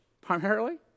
primarily